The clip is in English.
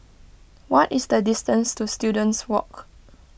what is the distance to Students Walk